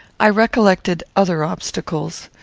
i recollected other obstacles.